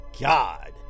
God